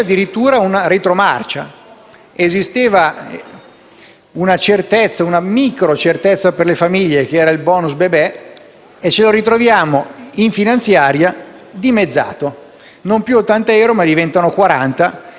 una microcertezza per le famiglie che era il *bonus* bebè e ce lo ritroviamo in bilancio dimezzato, non più 80 euro, ma 40 euro e per di più semplicemente per un anno a seguire.